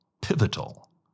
Pivotal